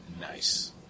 Nice